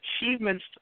achievements